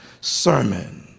sermon